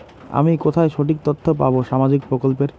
আমি কোথায় সঠিক তথ্য পাবো সামাজিক প্রকল্পের?